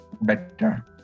better